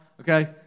okay